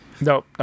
No